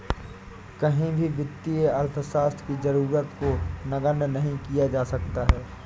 कहीं भी वित्तीय अर्थशास्त्र की जरूरत को नगण्य नहीं किया जा सकता है